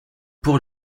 pour